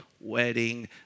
wedding